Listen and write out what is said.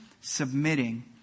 submitting